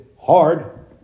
hard